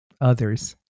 others